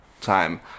time